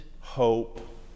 hope